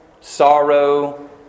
sorrow